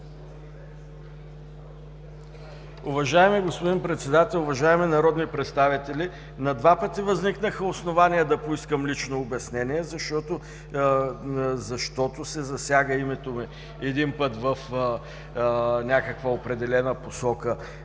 Уважаеми господин Председател, уважаеми народни представители! На два пъти възникнаха основания да поискам лично обяснение, защото се засяга името ми – един път в някаква определена посока